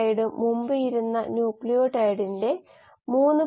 നമ്മൾ അത് ചെയ്യുമ്പോൾ വായുരഹിത ഉൽപന്ന രൂപീകരണം ഏകദേശം 4 മടങ്ങ് കുറയ്ക്കാൻ കഴിയും